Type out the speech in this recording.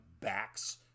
backs